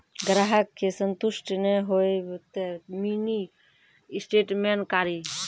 ग्राहक के संतुष्ट ने होयब ते मिनि स्टेटमेन कारी?